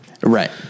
Right